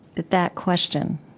that that question